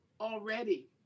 already